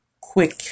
Quick